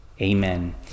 Amen